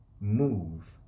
move